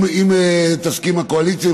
אם תסכים הקואליציה,